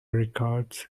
records